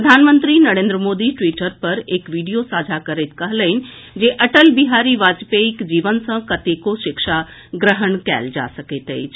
प्रधानमंत्री नरेन्द्र मोदी ट्वीटर पर एक वीडियो साझा करैत कहलनि जे अटल बिहारी वाजपेयीक जीवन सँ कतेको शिक्षा ग्रहण कयल जा सकैत अछि